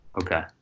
Okay